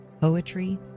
poetry